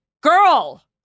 girl